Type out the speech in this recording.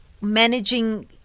managing